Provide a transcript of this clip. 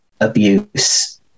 abuse